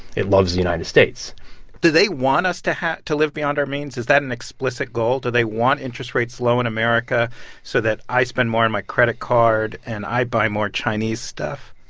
it loves the united states do they want us to have to live beyond our means? is that an explicit goal? do they want interest rates low in america so that i spend more on my credit card and i buy more chinese stuff?